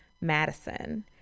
Madison